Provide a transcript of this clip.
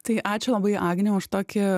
tai ačiū labai agnei už tokį